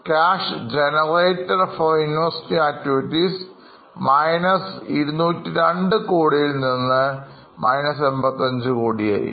Cash generated from investing activities 202കോടിയിൽനിന്ന് 85 കോടിയായി